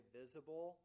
visible